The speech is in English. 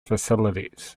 facilities